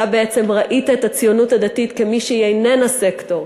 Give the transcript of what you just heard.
אתה בעצם ראית את הציונות הדתית כמי שהיא איננה סקטור,